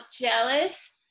jealous